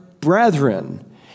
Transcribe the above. brethren